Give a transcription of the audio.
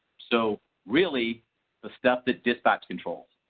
so really the step that dispatch controls.